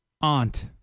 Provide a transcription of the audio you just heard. Aunt